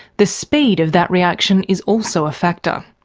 the speed of that reaction is also a factor.